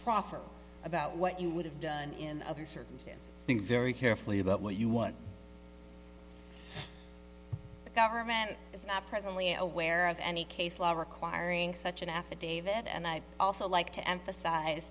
profit about what you would have done in other circumstances think very carefully about what you want the government is not presently aware of any case law requiring such an affidavit and i'd also like to emphasize